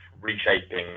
reshaping